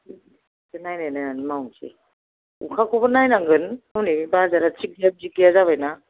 एसे नायनायनानै मावनोसै अखाखौबो नायनांगोन हनै बाजारा थिग गैया थिग गैया जाबायना